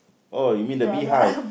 oh you mean the beehive